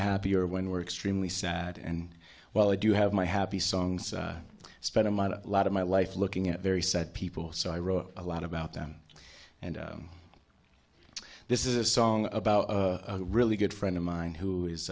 or when we're extremely sad and well i do have my happy songs i spend a lot of my life looking at very sad people so i wrote a lot about them and this is a song about a really good friend of mine who is